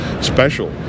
special